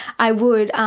i would, um